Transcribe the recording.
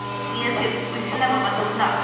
ꯌꯦꯟꯁꯤ ꯎꯏꯁꯤꯜꯂꯕ ꯃꯇꯨꯡꯗ